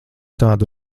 tādu